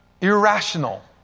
irrational